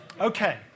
Okay